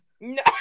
No